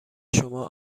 شما